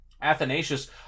Athanasius